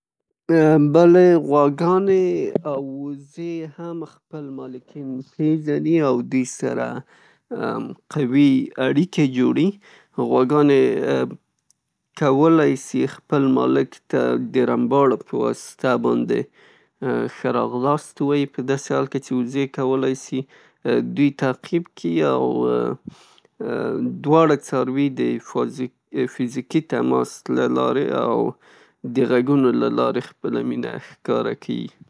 بلې غواګانو او اووزې هم خپل مالکین پیژني او دوی سره قوي اړیکې جوړيي. غواګانې کولی شي خپل مالک ته د لمباړو په وسیله باندې ښه راغلاست ووایي په داسې حال کې چې اووزې کولی شي دوی تعقیب کي او دواړه څاروي د فزیکي تماس له لارې او د غږونو له لارې مینه ښکاره کيي.